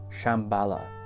Shambhala